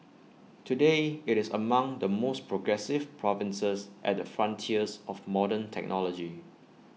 today IT is among the most progressive provinces at the frontiers of modern technology